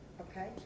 Okay